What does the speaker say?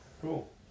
Cool